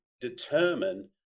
determine